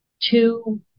two